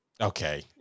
Okay